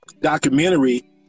documentary